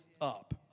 up